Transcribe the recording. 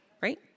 right